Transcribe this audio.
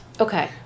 Okay